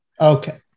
Okay